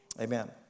Amen